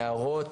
נערות,